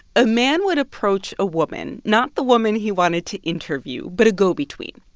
a man would approach a woman, not the woman he wanted to interview but a go-between.